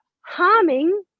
harming